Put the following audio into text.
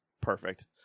perfect